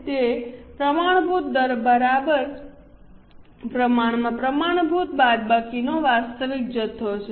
તેથી તે પ્રમાણભૂત દર બરાબર પ્રમાણમાં પ્રમાણભૂત બાદબાકીનો વાસ્તવિક જથ્થો છે